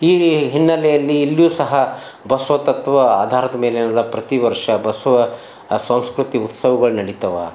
ಈ ಹಿನ್ನಲೆಯಲ್ಲಿ ಇಲ್ಲೂ ಸಹಾ ಬಸವ ತತ್ವ ಆಧಾರದ ಮೇಲೇನಲ್ಲ ಪ್ರತಿ ವರ್ಷ ಬಸವ ಆ ಸಂಸ್ಕೃತಿ ಉತ್ಸವಗಳ್ ನಡೀತವಾ